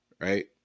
Right